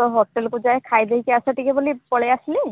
ତ ହୋଟେଲକୁ ଯାଏ ଖାଇଦେଇକି ଆସ ଟିକେ ବୋଲି ପଳେଇ ଆସିଲି